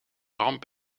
ramp